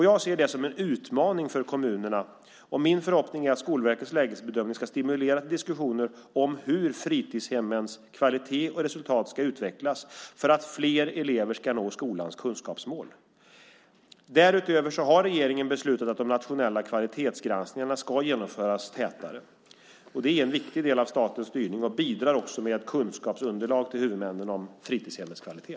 Jag ser detta som en utmaning för kommunerna, och min förhoppning är att Skolverkets lägesbedömning ska stimulera till diskussioner om hur fritidshemmens kvalitet och resultat ska utvecklas för att fler elever ska nå skolans kunskapsmål. Därutöver har regeringen beslutat att de nationella kvalitetsgranskningarna ska genomföras tätare. De är en viktig del av statens styrning och bidrar också med kunskapsunderlag till huvudmännen om fritidshemmens kvalitet.